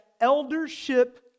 eldership